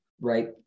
right